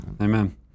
Amen